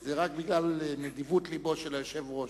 זה רק בגלל נדיבות לבו של היושב-ראש.